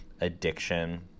addiction